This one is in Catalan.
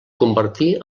convertí